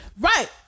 Right